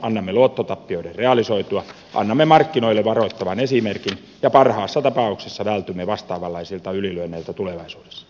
jos annamme luottotappioiden realisoitua annamme markkinoille varoittavan esimerkin ja parhaassa tapauksessa vältymme vastaavanlaisilta ylilyönneiltä tulevaisuudessa